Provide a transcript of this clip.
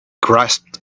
grasped